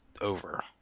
over